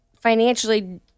financially